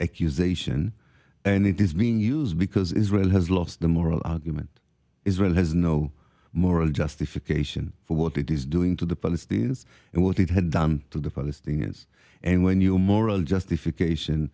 accusation and it is being used because israel has lost the moral argument israel has no moral justification for what it is doing to the palestinians and what it had done to the palestinians and when your moral justification